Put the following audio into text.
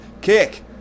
kick